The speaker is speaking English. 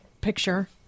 picture